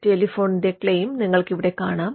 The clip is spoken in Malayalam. ടെലിഫോണിന്റെ ക്ലെയിം നിങ്ങൾക്കിവിടെ കാണാം